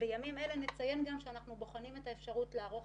בימים אלו אנחנו בוחרים את האפשרות לבצע